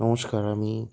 নমস্কার আমি